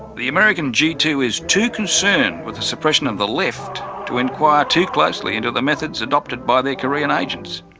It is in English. the american g two is too concerned with the suppression of the left to inquire too closely into the methods adopted by their korean agents.